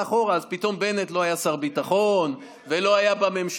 אחורה אז פתאום בנט לא היה שר ביטחון ולא היה בממשלה,